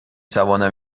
توانم